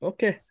Okay